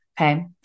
okay